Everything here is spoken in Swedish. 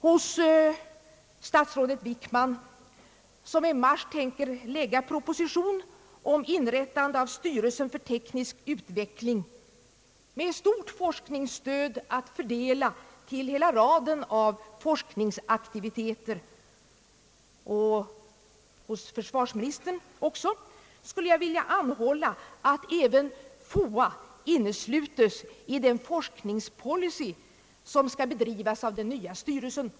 Till statsrådet Wickman, som i mars tänker lägga fram en proposition om inrättandet av styrelsen för teknisk utveckling, med stort forskningsstöd att fördela till hela raden av forskningsaktiviteter, och även till försvarsministern vill jag vädja om att också FOA inneslutes i den forskningspolicy som skall bedrivas av den nya styrelsen.